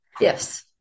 Yes